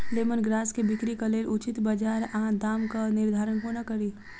Lemon grass केँ बिक्रीक लेल उचित बजार आ दामक निर्धारण कोना कड़ी?